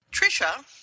Trisha